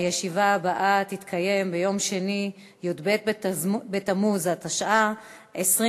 הישיבה הבאה תתקיים ביום שני, י"ב בתמוז התשע"ה,